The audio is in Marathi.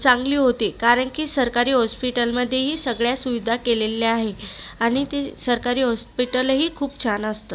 चांगली होते कारण की सरकारी हॉस्पिटलमध्येही सगळ्या सुविधा केलेल्या आहे आणि ती सरकारी हॉस्पिटलंही खूप छान असतं